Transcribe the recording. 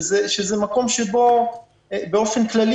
שזה מקום שבו באופן כללי,